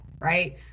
Right